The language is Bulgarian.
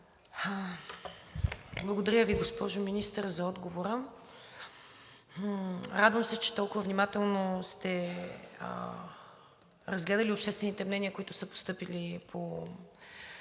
Благодаря Ви, госпожо Министър, за отговора. Радвам се, че толкова внимателно сте разгледали обществените мнения, които са постъпили в